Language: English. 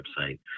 website